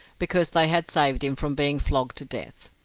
because they had saved him from being flogged to death.